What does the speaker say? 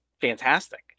Fantastic